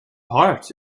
part